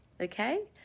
Okay